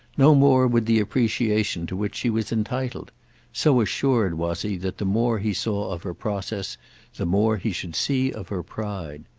no more would the appreciation to which she was entitled so assured was he that the more he saw of her process the more he should see of her pride.